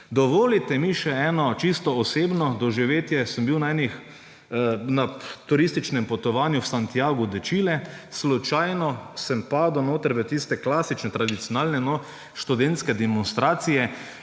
Dovolite mi še eno čisto osebno doživetje. Sem bil na turističnem potovanju v Santiagu de Chile, slučajno sem padel v tiste klasične, tradicionalne študentske demonstracije.